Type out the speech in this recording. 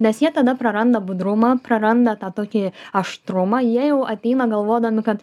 nes jie tada praranda budrumą praranda tą tokį aštrumą jie jau ateina galvodami kad